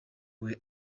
were